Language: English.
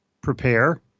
prepare